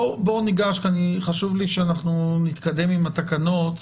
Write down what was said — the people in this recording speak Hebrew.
בואו ניגש כי חשוב לי שנתקדם עם התקנות.